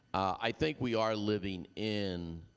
i think we are living in